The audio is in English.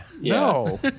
No